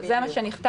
זה מה שנכתב.